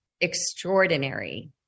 extraordinary